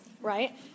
Right